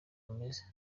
ameze